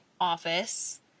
office